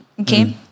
Okay